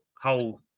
whole